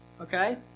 Okay